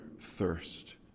thirst